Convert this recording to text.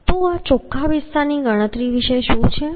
તો આ ચોખ્ખા વિસ્તારની ગણતરી વિશે શું છે